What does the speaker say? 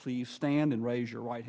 please stand and raise your right